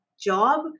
job